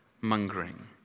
mongering